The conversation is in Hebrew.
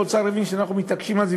כשהאוצר הבין שאנחנו מתעקשים על זה,